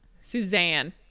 suzanne